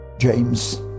James